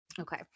Okay